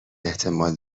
احتمال